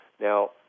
Now